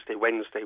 Wednesday